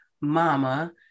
mama